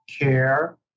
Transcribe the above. care